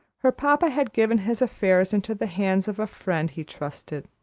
her papa had given his affairs into the hands of a friend he trusted.